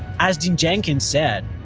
as dean jenkins said,